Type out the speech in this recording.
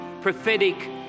prophetic